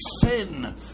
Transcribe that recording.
sin